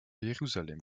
jerusalem